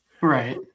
Right